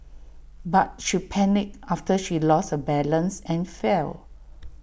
but she panicked after she lost her balance and fell